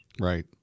Right